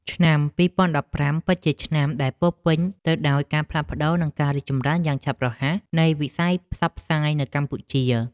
ឆ្នាំ ២០១៥ ពិតជាឆ្នាំដែលពោរពេញទៅដោយការផ្លាស់ប្តូរ និងការរីកចម្រើនយ៉ាងឆាប់រហ័សនៃវិស័យផ្សព្វផ្សាយនៅកម្ពុជា។